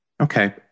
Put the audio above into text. Okay